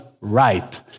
right